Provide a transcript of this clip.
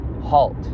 halt